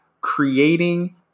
creating